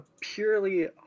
purely